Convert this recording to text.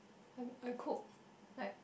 I I cook like